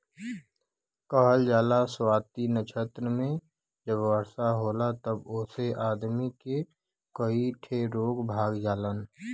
कहल जाला स्वाति नक्षत्र मे जब वर्षा होला तब ओसे आदमी के कई ठे रोग भाग जालन